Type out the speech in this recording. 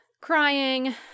crying